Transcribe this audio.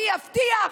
אני אבטיח,